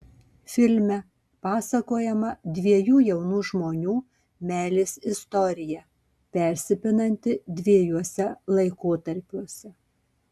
filme pasakojama dviejų jaunų žmonių meilės istorija persipinanti dviejuose laikotarpiuose